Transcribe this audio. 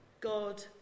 God